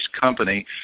company